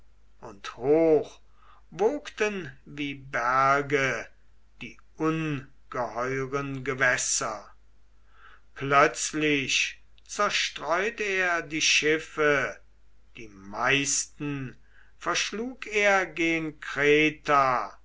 und hoch wogten wie berge die ungeheuren gewässer plötzlich zerstreut er die schiffe die meisten verschlug er gen kreta